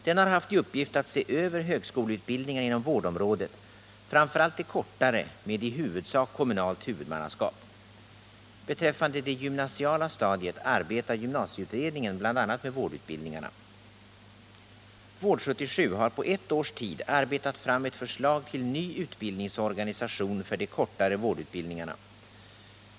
Den har haft i uppgift att se över högskoleutbildningarna inom vårdområdet, framför allt de kortare med i huvudsak kommunalt huvudmannaskap. Beträffande det gymnasiala stadiet arbetar gymnasieutredningen bl.a. med vårdutbildningarna. Vård 77 har på ett års tid arbetat fram ett förslag till ny utbildningsorganisation för de kortare vårdutbildningarna.